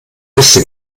wusste